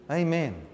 amen